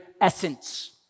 essence